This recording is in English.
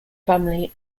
family